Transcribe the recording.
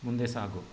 ಮುಂದೆ ಸಾಗು